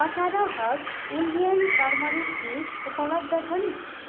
अठार herbs Indian turmeric tea उपलब्ध छन्